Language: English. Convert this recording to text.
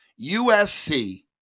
USC